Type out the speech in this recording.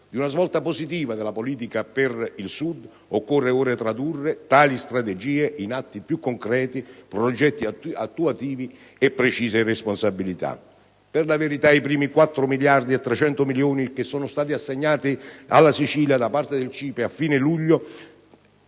di una svolta positiva della politica per il Sud, occorre ora tradurre tali strategie in atti più concreti, progetti attuativi e precise responsabilità. Per la verità, dei primi 4 miliardi e 300 milioni di euro che sono stati assegnati alla Sicilia da parte del CIPE a fine luglio,